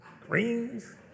greens